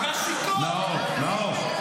צועק עלינו.